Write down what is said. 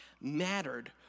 mattered